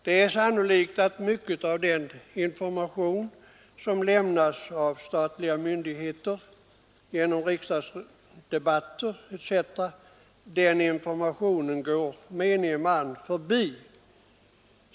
Det är sannolikt att mycket av den information som lämnas av statliga myndigheter genom riksdagsdebatter etc. går menige man förbi.